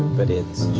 but it's